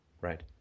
Right